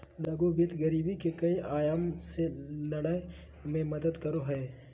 लघु वित्त गरीबी के कई आयाम से लड़य में मदद करो हइ